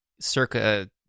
circa